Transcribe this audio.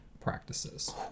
practices